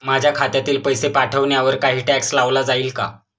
माझ्या खात्यातील पैसे पाठवण्यावर काही टॅक्स लावला जाईल का?